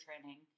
training